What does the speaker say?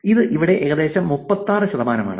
ഇത് ഇവിടെ ഏകദേശം 36 ശതമാനമാണ്